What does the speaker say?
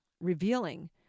revealing